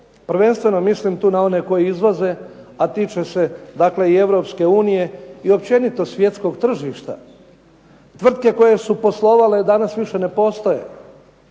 Prvenstveno mislim na one koje izvoze, a tiče se i Europske unije i općenito svjetskog tržišta. Tvrtke koje su poslovale, danas više ne postoje